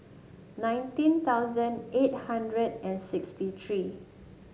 nineteen thousand eight hundred and sixty three